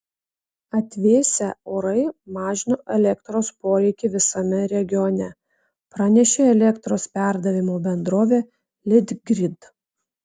atvėsę orai mažino elektros poreikį visame regione pranešė elektros perdavimo bendrovė litgrid